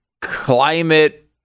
climate